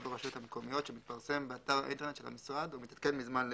ברשויות המקומיות שמתפרסם באתר האינטרנט של המשרד ומתעדכן מזמן לזמן".